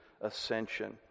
ascension